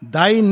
Thy